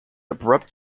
abrupt